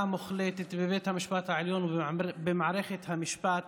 מוחלטת בבית המשפט העליון ובמערכת המשפט.